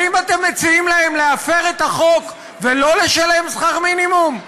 האם אתם מציעים להם להפר את החוק ולא לשלם שכר מינימום?